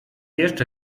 jeszcze